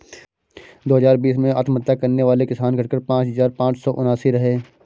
दो हजार बीस में आत्महत्या करने वाले किसान, घटकर पांच हजार पांच सौ उनासी रहे